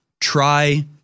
try –